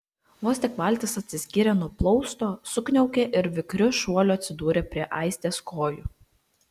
vos tik valtis atsiskyrė nuo plausto sukniaukė ir vikriu šuoliu atsidūrė prie aistės kojų